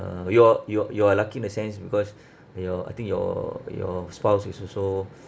uh you're you're you are lucky in a sense because your I think your your spouse is also